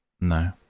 No